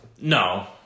No